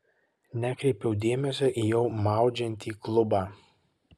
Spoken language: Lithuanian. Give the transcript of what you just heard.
nekreipiau dėmesio į jau maudžiantį klubą